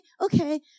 okay